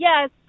yes